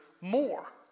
more